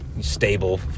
stable